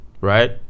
right